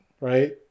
right